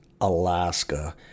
Alaska